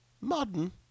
Modern